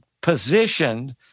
positioned